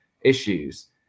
issues